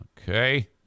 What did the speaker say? Okay